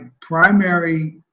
primary